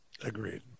agreed